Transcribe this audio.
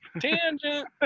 tangent